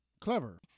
Clever